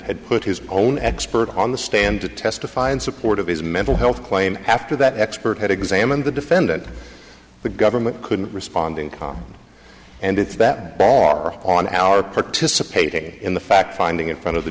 had put his own expert on the stand to testify in support of his mental health claim after that expert had examined the defendant the government couldn't responding and it's that bar on our participating in the fact finding in front of the